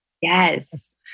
Yes